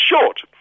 short